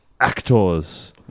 Actors